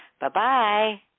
Bye-bye